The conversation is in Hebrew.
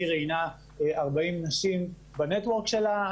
היא ראיינה 40 נשים בנטוורק שלה.